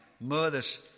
murders